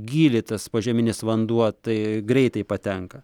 gylį tas požeminis vanduo tai greitai patenka